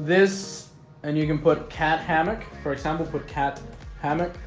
this and you can put cat hammock for example put cat hammock